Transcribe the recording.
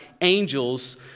angels